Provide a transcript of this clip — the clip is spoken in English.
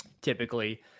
typically